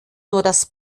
das